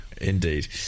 Indeed